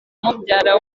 mubyara